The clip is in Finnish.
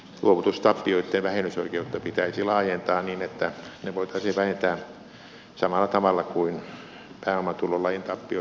luovutustappioitten vähennysoikeutta pitäisi laajentaa niin että ne voitaisiin vähentää samalla tavalla kuin pääomatulolajin tappiot yleensäkin